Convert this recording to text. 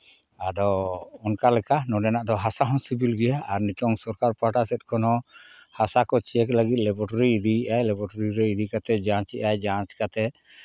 ᱟᱫᱚ ᱚᱱᱠᱟ ᱞᱮᱠᱟ ᱱᱚᱰᱮᱱᱟᱜ ᱫᱚ ᱦᱟᱥᱟ ᱦᱚᱸ ᱥᱤᱵᱤᱞ ᱜᱮᱭᱟ ᱟᱨ ᱱᱤᱛᱚᱝ ᱥᱚᱨᱠᱟᱨ ᱯᱟᱦᱴᱟ ᱥᱮᱫ ᱠᱷᱚᱱ ᱦᱚᱸ ᱦᱟᱥᱟ ᱠᱚ ᱪᱮᱠ ᱞᱟᱹᱜᱤᱫ ᱞᱮᱵᱚᱴᱚᱨᱤ ᱤᱫᱤᱭᱮᱫ ᱟᱭ ᱞᱮᱵᱚᱴᱚᱨᱤ ᱨᱮ ᱤᱫᱤ ᱠᱟᱛᱮᱫ ᱡᱟᱸᱪᱮᱫ ᱟᱭ ᱡᱟᱸᱪ ᱠᱟᱛᱮᱫ